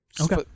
okay